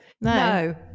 no